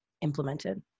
implemented